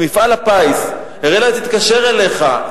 מפעל הפיס, אראלה תתקשר אליך.